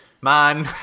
man